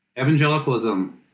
Evangelicalism